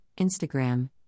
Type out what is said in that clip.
Instagram